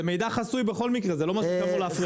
זה מידע חסוי בכל מקרה, זה לא משהו שאמור להפריע.